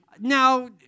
Now